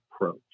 approach